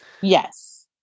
Yes